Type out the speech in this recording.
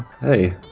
Hey